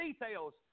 details